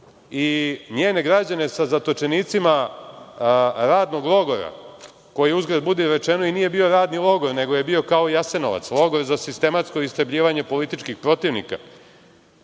i njene građane sa zatočenicima radnog logora, koji uzgred budi rečeno i nije bio radni logor nego je bio kao Jasenovac, logor sa sistematsko istrebljivanje političkih protivnika,